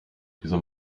diese